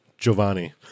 Giovanni